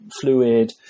fluid